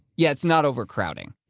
yeah, it's not overcrowding.